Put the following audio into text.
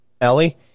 Ellie